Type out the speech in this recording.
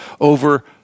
over